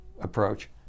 approach